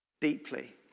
deeply